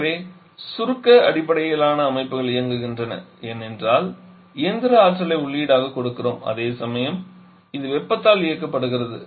எனவே சுருக்க அடிப்படையிலான அமைப்புகள் இயங்குகின்றன ஏனென்றால் இயந்திர ஆற்றலை உள்ளீடாகக் கொடுக்கிறோம் அதேசமயம் இது வெப்பத்தால் இயக்கப்படுகிறது